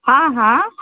हॅं हॅं